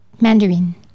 Mandarin